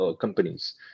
companies